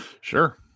Sure